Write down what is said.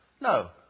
No